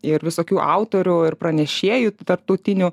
ir visokių autorių ir pranešėjų tarptautinių